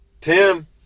Tim